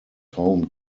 home